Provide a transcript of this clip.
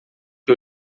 que